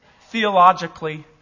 theologically